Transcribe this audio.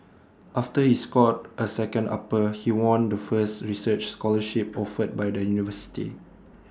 after he scored A second upper he won the first research scholarship offered by the university